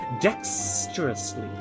dexterously